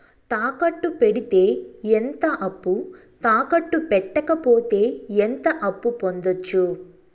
తాకట్టు పెడితే ఎంత అప్పు, తాకట్టు పెట్టకపోతే ఎంత అప్పు పొందొచ్చు?